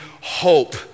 hope